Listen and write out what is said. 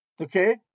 Okay